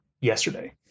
yesterday